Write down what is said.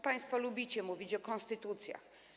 Państwo lubicie mówić o konstytucjach.